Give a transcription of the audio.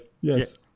Yes